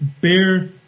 bear